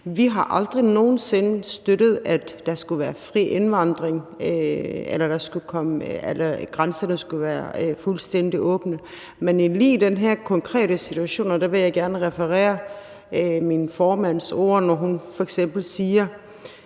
Vi har aldrig nogen sinde støttet, at der skulle være fri indvandring, eller at grænserne skulle være fuldstændig åbne, men lige i den konkrete situation vil jeg gerne referere min formands ord, når hun f.eks. siger,